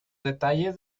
detalles